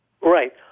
Right